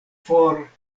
for